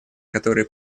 которые